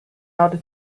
order